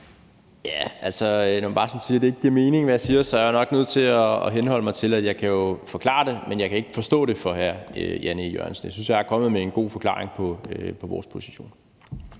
Jarlov (KF): Når man bare siger, at det ikke giver mening, hvad jeg siger, er jeg nok nødt til at henholde mig til, at jeg kan forklare det for hr. Jan E. Jørgensen, men jeg kan ikke forstå det for hr. Jan E. Jørgensen. Jeg synes, jeg er kommet med en god forklaring på vores position.